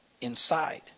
inside